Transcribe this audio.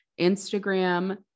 Instagram